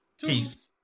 Peace